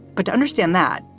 but to understand that,